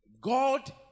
God